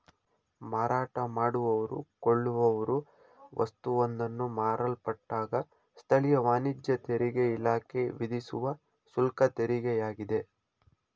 ಮಾರಾಟ ಮಾಡುವವ್ರು ಕೊಳ್ಳುವವ್ರು ವಸ್ತುವೊಂದನ್ನ ಮಾರಲ್ಪಟ್ಟಾಗ ಸ್ಥಳೀಯ ವಾಣಿಜ್ಯ ತೆರಿಗೆಇಲಾಖೆ ವಿಧಿಸುವ ಶುಲ್ಕತೆರಿಗೆಯಾಗಿದೆ